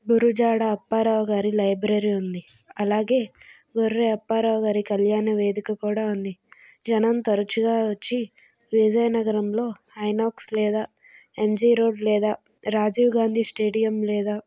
గురుజాడ అప్పారావు గారి లైబ్రరీ ఉంది అలాగే గొర్రె అప్పారావు గారి కళ్యాణ వేదిక కూడా ఉంది జనం తరచుగా వచ్చి విజయనగరంలో ఐనోక్స్ లేదా ఎన్జీ రోడ్ లేదా రాజీవ్గాంధీ స్టేడియం లేదా